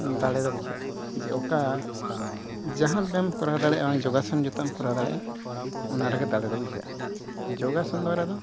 ᱫᱟᱲᱮ ᱫᱚ ᱵᱩᱡᱷᱟᱹᱜᱼᱟ ᱡᱮ ᱚᱠᱟ ᱡᱟᱦᱟᱸ ᱵᱮᱭᱟᱢ ᱠᱚᱨᱟᱣ ᱫᱟᱲᱮᱭᱟᱜᱼᱟ ᱡᱚᱜᱟᱥᱚᱱ ᱡᱚᱛᱚᱣᱟᱜ ᱮᱢ ᱠᱚᱨᱟᱣ ᱫᱟᱲᱮᱭᱟᱜᱼᱟ ᱚᱱᱟ ᱨᱮᱜᱮ ᱫᱟᱲᱮ ᱫᱚ ᱵᱩᱡᱷᱟᱹᱜᱼᱟ ᱡᱚᱜᱟᱥᱚᱱ ᱫᱚᱣᱟᱨᱟ ᱫᱚ